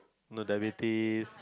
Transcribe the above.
no diabetes